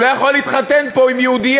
הוא לא יכול להתחתן פה עם יהודייה,